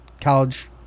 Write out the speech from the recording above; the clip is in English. college